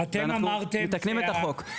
ומתקנים את החוק.